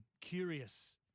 Curious